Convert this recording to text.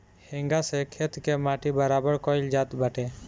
हेंगा से खेत के माटी बराबर कईल जात बाटे